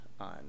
on